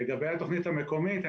לגבי התוכנית המקומית,